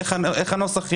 איך הנוסח יהיה?